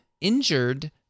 injured